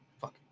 fuck